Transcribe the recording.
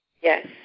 Yes